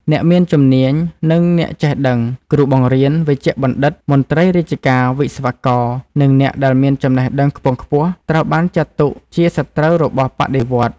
អ្នកមានជំនាញ និងអ្នកចេះដឹង គ្រូបង្រៀន វេជ្ជបណ្ឌិត មន្ត្រីរាជការ វិស្វករ និងអ្នកដែលមានចំណេះដឹងខ្ពង់ខ្ពស់ ត្រូវបានចាត់ទុកជាសត្រូវរបស់បដិវត្តន៍។